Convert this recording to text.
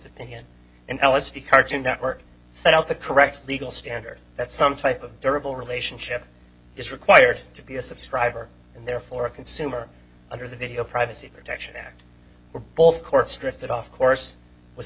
civilian in l s d cartoon network set out the correct legal standard that some type of durable relationship is required to be a subscriber and therefore a consumer under the video privacy protection act were both courts drifted off course was